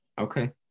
Okay